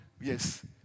Yes